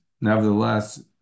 nevertheless